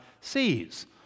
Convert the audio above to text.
sees